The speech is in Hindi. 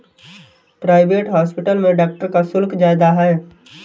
प्राइवेट हॉस्पिटल में डॉक्टर का शुल्क ज्यादा है